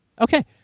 Okay